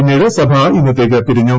പിന്നീട് സഭ ഇന്നത്തേക്ക് പിരിഞ്ഞു